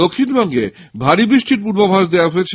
দক্ষিণবঙ্গে ভারী বৃষ্টির পূর্বাভাস দেওয়া হয়েছে